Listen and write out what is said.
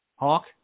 Hawk